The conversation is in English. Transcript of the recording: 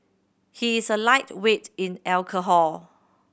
he is a lightweight in alcohol